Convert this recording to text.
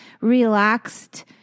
relaxed